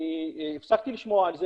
אני הפסקתי לשמוע על זה,